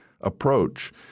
approach